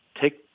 take